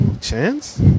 Chance